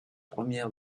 première